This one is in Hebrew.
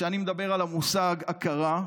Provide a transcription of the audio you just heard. כשאני מדבר על המושג הכרה,